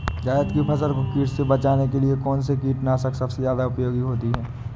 जायद की फसल को कीट से बचाने के लिए कौन से कीटनाशक सबसे ज्यादा उपयोगी होती है?